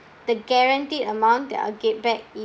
the guaranteed amount that I will get back is